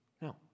No